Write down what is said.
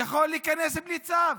השוטר יכול להיכנס היום, בלי צו.